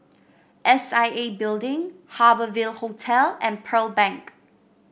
S I A Building Harbour Ville Hotel and Pearl Bank